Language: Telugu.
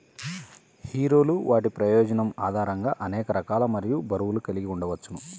హీరోలు వాటి ప్రయోజనం ఆధారంగా అనేక రకాలు మరియు బరువులు కలిగి ఉండవచ్చు